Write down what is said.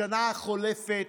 השנה החולפת,